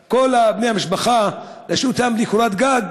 את כל בני המשפחה, להשאיר אותם בלי קורת גג?